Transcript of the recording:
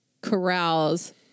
corrals